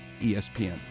ESPN